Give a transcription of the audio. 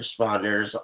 responders